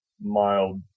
mild